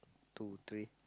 two three